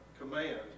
command